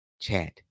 chat